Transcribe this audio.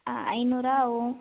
ஆ ஐநூறுரூவா ஆகும்